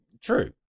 True